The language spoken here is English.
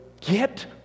get